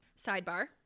Sidebar